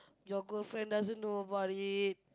your girlfriend doesn't know about it